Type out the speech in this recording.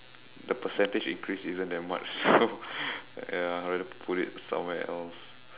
the percentage increase isn't that much so ya I'd rather put it somewhere else